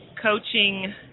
coaching